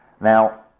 Now